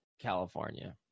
California